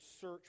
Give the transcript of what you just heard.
search